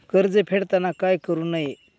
कर्ज फेडताना काय करु नये?